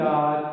God